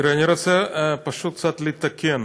אני פשוט רוצה קצת לתקן: